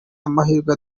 amahirwe